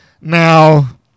Now